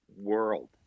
world